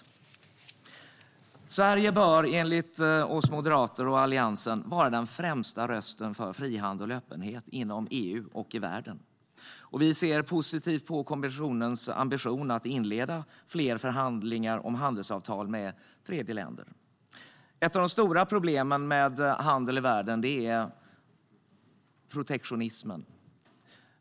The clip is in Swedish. Granskning av meddelande om handel för alla Sverige bör enligt oss moderater och Alliansen vara den främsta rösten för frihandel och öppenhet inom EU och i världen. Vi ser positivt på kommissionens ambition att inleda fler förhandlingar om handelsavtal med tredjeländer. Ett av de stora problemen med handel i världen är protektionismen.